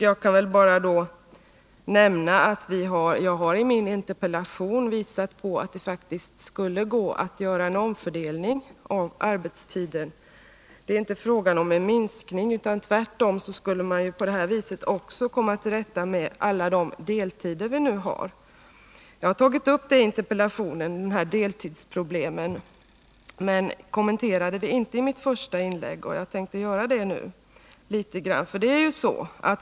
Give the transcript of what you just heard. Jag kan väl då bara nämna att jag i min interpellation har visat på att det faktiskt skulle gå att göra en omfördelning av arbetstiden. Det är inte fråga om en minskning, utan tvärtom skulle man på det här viset komma till rätta med alla de deltider vi nu har. Jag har tagit upp deltidsproblemen i interpellationen men kommenterade dem inte i mitt första inlägg. Jag tänker göra det nu.